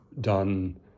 done